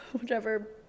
whichever